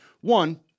One